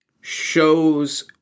shows